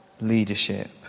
leadership